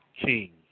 king